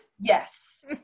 Yes